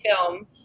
film